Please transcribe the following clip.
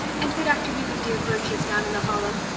and good afternoon dear birches down in the hollow.